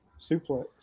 suplex